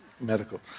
medical